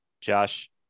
Josh